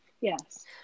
Yes